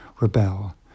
rebel